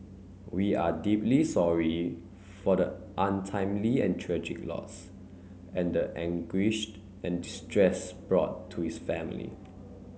we are deeply sorry for the untimely and tragic loss and the anguish and distress brought to his family